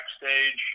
backstage